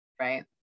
Right